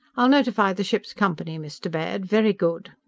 i'll notify the ship's company, mr. baird. very good!